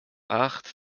acht